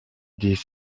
des